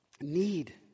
need